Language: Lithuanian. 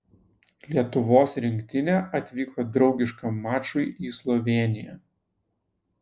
lietuvos rinktinė atvyko draugiškam mačui į slovėniją